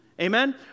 Amen